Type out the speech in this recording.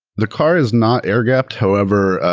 the car is not air gapped. however,